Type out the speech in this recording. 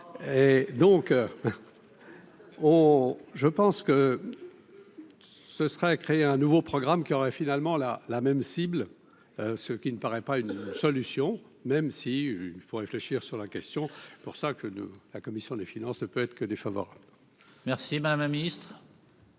et donc on je pense que ce serait créer un nouveau programme qui aurait finalement la la même cible, ce qui ne paraît pas une solution, même si il faut réfléchir sur la question pour ça que nous, la commission des finances ne peut être que défavorable. Merci ma ma Ministre.